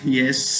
yes